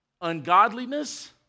ungodliness